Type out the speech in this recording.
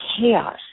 chaos